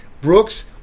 Brooks